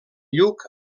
lluc